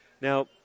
Now